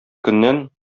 көннән